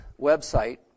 website